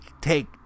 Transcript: take